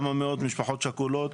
כמה מאות משפחות שכולות,